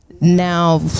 Now